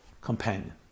companion